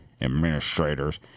administrators